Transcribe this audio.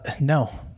no